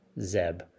Zeb